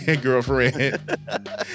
girlfriend